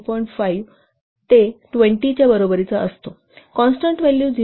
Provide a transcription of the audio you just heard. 5 ते 20 च्या बरोबरीचा असतो कॉन्स्टन्ट व्हॅल्यू 0